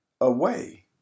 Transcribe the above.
away